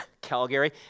Calgary